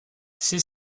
ces